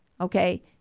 okay